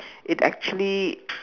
it actually